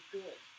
good